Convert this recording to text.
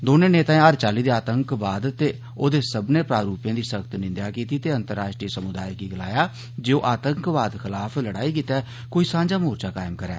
दौनें नेताएं हर चाल्ली दे आतंकवाद ते औदे सब्बनें प्रारूपें दी सख्त निंदेआ कीती ते अंतरराष्ट्रीय समुदाय गी गलाया जे ओह् आतंकवाद खलाफ लड़ाई गितै कोई सांझा मोर्चा कायम करै